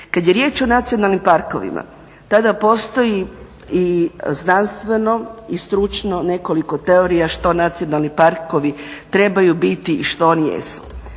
Kada je riječ o nacionalnim parkovima tada postoji i znanstveno i stručno nekoliko teorija što nacionalni parkovi trebaju biti i što oni jesu.